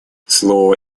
слово